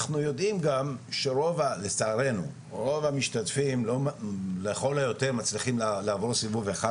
אנחנו יודעים שלצערנו רוב המשתתפים לכל היותר מצליחים לעבור סיבוב אחד.